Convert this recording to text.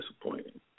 disappointing